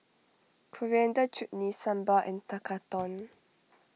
Coriander Chutney Sambar and Tekkadon